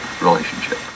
relationship